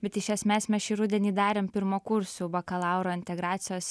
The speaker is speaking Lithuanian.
bet iš esmės mes šį rudenį darėm pirmakursių bakalauro integracijos